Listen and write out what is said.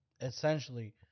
essentially